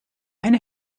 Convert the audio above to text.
eine